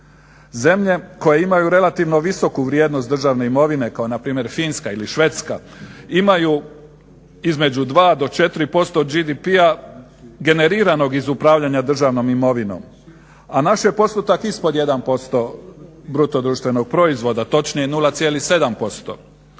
Zemlje koje imaju relativno visoku vrijednost državne imovine kao npr. Finska ili Švedska imaju između 2 do 4% GDP-a generiranog iz upravljanja državnom imovinom, a naš je postotak ispod 1% BDP-a, točnije 0,7%.